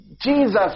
Jesus